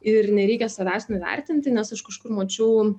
ir nereikia savęs nuvertinti nes aš kažkur mačiau